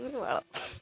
ବାଳ